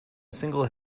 single